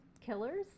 killers